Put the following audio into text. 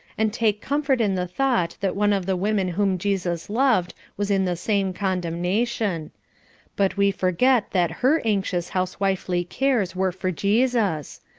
and take comfort in the thought that one of the women whom jesus loved was in the same condemnation but we forget that her anxious housewifely cares were for jesus.